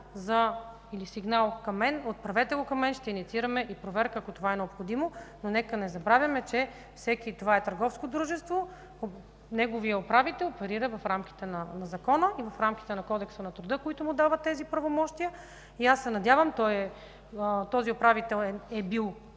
или сигнал към мен, отправете го към мен, ще инициираме проверка, ако това е необходимо, но нека не забравяме, че това е търговско дружество и неговият управител оперира в рамките на закона и в рамките на Кодекса на труда, които му дават тези правомощия. Надявам се, този човек е бил